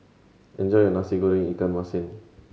enjoy your Nasi Goreng ikan masin